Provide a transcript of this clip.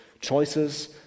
choices